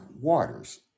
waters